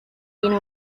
tiene